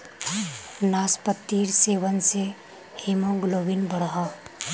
नास्पातिर सेवन से हीमोग्लोबिन बढ़ोह